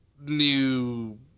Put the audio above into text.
new